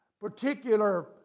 particular